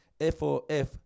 F-O-F